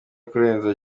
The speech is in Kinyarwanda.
kurenza